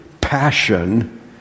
passion